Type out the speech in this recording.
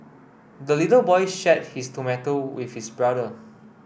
the little boy shared his tomato with his brother